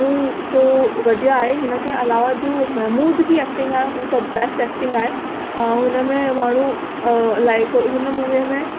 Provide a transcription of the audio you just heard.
उहो थो वदिया आहे ई हिन खे अलावा जो महमूद जी एक्टिंग आहे उहो त बैस्ट एक्टिंग आहे हुन में माण्हू लाइक हुन मूवीअ में